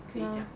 可以讲